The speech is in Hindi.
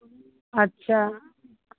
अच्छा